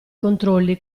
controlli